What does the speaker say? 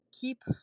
Keep